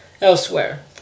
elsewhere